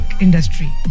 industry